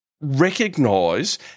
recognize